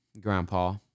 Grandpa